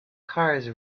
cars